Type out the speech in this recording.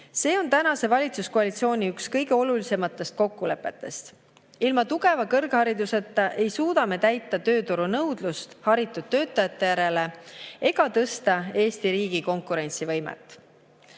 See on üks tänase valitsuskoalitsiooni kõige olulisemaid kokkuleppeid. Ilma tugeva kõrghariduseta ei suuda me täita tööturu nõudlust haritud töötajate järele ega tõsta Eesti riigi konkurentsivõimet.